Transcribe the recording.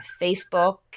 Facebook